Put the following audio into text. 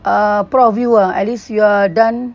uh proud of you ah at least you are done